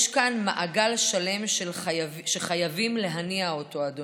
יש כאן מעגל שלם שחייבים להניע אותו, אדוני.